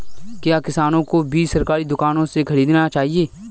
क्या किसानों को बीज सरकारी दुकानों से खरीदना चाहिए?